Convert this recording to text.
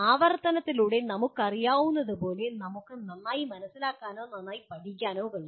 ആവർത്തനത്തിലൂടെ നമുക്കറിയാവുന്നതുപോലെ നമുക്ക് നന്നായി മനസ്സിലാക്കാനോ നന്നായി പഠിക്കാനോ കഴിയും